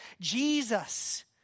Jesus